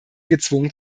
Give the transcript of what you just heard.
gezwungen